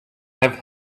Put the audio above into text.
have